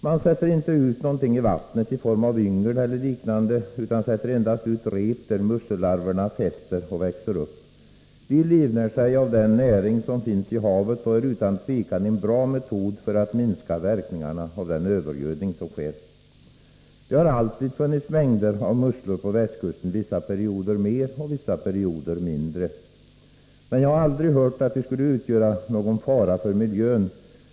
Man sätter inte ut någonting i vattnet i form av yngel eller liknande, utan endast rep där mussellarverna fäster och växer upp. De livnär sig av den näring som finns i havet, och musselodling är utan tvivel en bra metod för att minska verkningarna av övergödning. Det har alltid funnits mängder av musslor på västkusten — vissa perioder mer, vissa perioder mindre. Men jag har aldrig hört att de skulle utgöra någon fara för miljön.